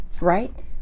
right